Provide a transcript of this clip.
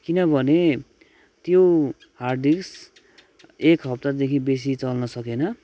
किनभने त्यो hard disk एक हप्तादेखि बेसी चल्न सकेन